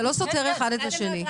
זה לא סותר אחד את השני.